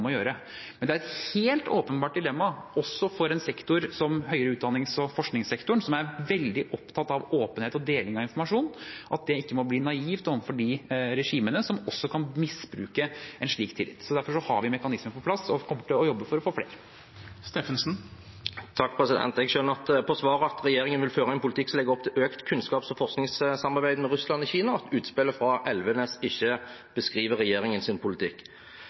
å gjøre. Men det er et helt åpenbart dilemma, også for en sektor som høyere utdannings- og forskningssektoren, som er veldig opptatt av åpenhet og deling av informasjon, at det ikke må bli naivt overfor de regimene som kan misbruke en slik tillit. Derfor har vi mekanismer på plass og kommer til å jobbe for å få flere. Jeg skjønner på svaret at regjeringen vil føre en politikk som legger opp til økt kunnskaps- og forskningssamarbeid med Russland og Kina, og at utspillet fra Elvenes ikke beskriver regjeringens politikk. Det er beklagelig, først og fremst fordi jeg mener det er en gal politikk,